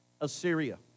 Assyria